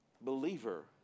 believer